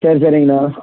சரி சரிங்கண்ணா